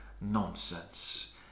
nonsense